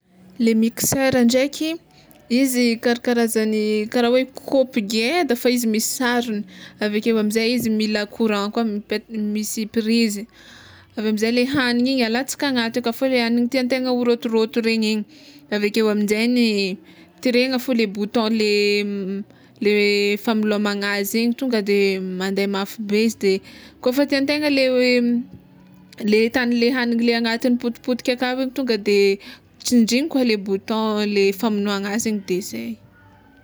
Le mixeur ndraiky, izykarakarazany kara hoe kaopy ngeda fa izy misy sarony, avekeo amizay izy mila courant mipet- misy prizy, aveo amizay le hagniny igny alatsaka agnaty aka fa le hagniny tiantegna ho rotoroto igny, aminjegny tiregna fô le bouton le le familomagna azy igny tonga de mande mafy be izy de kôfa tiantegna le le etatnle hagniny le agnatiny potipotika aka igny tonga de tsindriny koa le bouton le famonoana azy igny de zay.